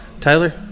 Tyler